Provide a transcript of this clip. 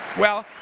well,